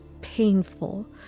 painful